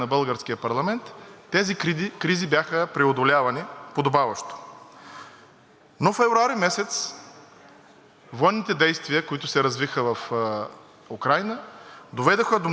военните действия, които се развиха в Украйна, доведоха до много по-сериозна криза – криза, от която българската държава също е засегната, и то много сериозно.